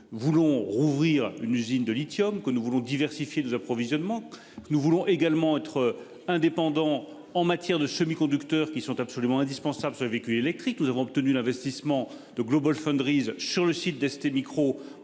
nous voulons rouvrir une usine de lithium que nous voulons diversifier nos approvisionnements. Nous voulons également être indépendant en matière de semi-conducteurs qui sont absolument indispensables. Ce véhicule électrique. Nous avons obtenu l'investissement de GlobalFoundries sur le site d'STMicro pour